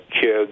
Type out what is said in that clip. kids